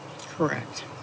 Correct